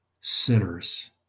sinners